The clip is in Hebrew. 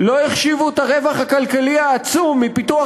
לא החשיבו את הרווח הכלכלי העצום מפיתוח